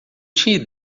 tinha